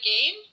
game